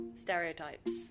stereotypes